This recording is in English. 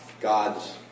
God's